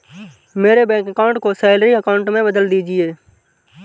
मेरे bank account को salary account में बदल दीजिए